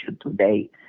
today